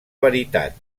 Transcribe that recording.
veritat